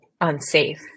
unsafe